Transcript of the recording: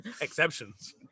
exceptions